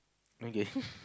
okay